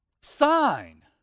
sign